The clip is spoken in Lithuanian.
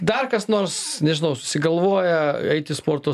dar kas nors nežinau susigalvoja eiti į sporto